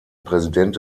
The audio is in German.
präsident